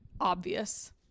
obvious